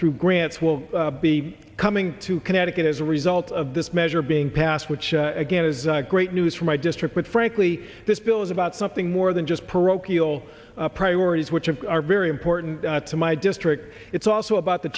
through grants will be coming to connecticut as a result of this measure being passed which again is great news for my district but frankly this bill is about something more than just parochial priorities which are very important to my district it's also about the